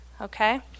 okay